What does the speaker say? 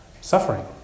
suffering